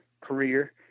career